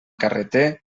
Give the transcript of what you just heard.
carreter